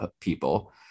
people